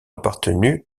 appartenu